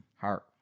Heart